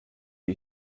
wie